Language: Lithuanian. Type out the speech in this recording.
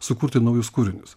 sukurti naujus kūrinius